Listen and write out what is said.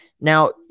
Now